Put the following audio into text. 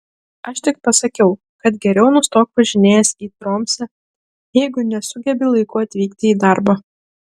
aš tik pasakiau kad geriau nustok važinėjęs į tromsę jeigu nesugebi laiku atvykti į darbą